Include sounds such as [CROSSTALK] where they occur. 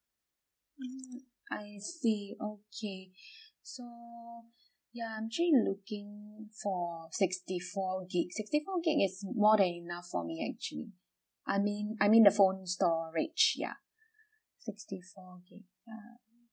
mm I see okay [BREATH] so ya I'm actually looking for sixty four gig sixty four gig is more than enough for me actually I mean I mean the phone storage ya sixty four gig ya